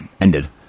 ended